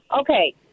Okay